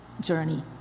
journey